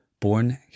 Born